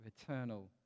eternal